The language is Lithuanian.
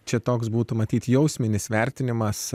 čia toks būtų matyt jausminis vertinimas